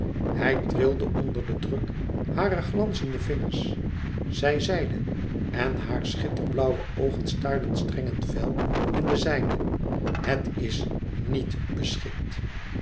hij trilde onder den druk harer glanzende vingers zij zeide en haar schitterblauwe oogen staarden streng en fel in de zijne het is nièt beschikt